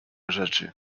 rzeczy